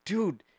Dude